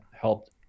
helped